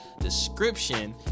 description